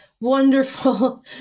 wonderful